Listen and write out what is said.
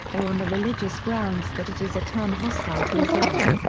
or on the religious grounds that it is a term hostile to islam.